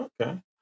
okay